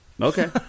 Okay